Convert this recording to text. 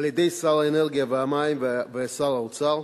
על-ידי שר האנרגיה והמים ושר האוצר,